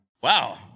Wow